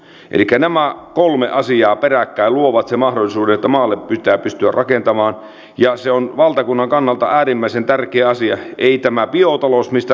elikkä nämä kolme asiaa peräkkäin luovat sen mahdollisuuden että maalle pitää pystyä rakentamaan ja se on valtakunnan kannalta äärimmäisen tärkeä asia ei tämä joutuu ulos mistä